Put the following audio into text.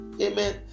amen